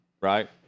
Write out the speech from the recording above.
right